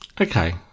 Okay